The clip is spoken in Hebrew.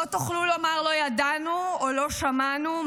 לא תוכלו לומר "לא ידענו" או "לא שמענו"